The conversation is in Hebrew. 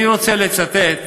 אני רוצה לצטט